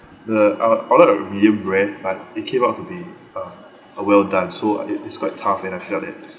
the I'd I'd like a medium rare but it came out to be uh a well done so uh it's it's quite tough and I felt that